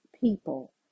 people